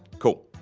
cool.